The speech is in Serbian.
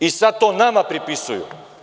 I sada to nama pripisuju.